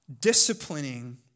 disciplining